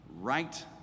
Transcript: right